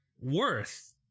worth